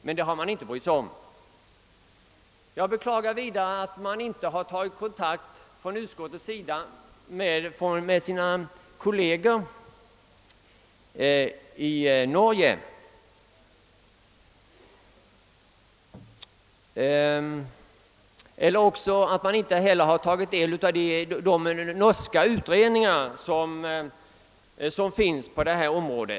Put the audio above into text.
Men det har man inte brytt sig om att göra i detta fall. Jag beklagar vidare att utskottets ledamöter inte tagit kontakt med sina kolleger i Norge och inte heller har beaktat resultaten av de norska utredningar som gjorts på detta område.